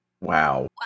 wow